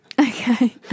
Okay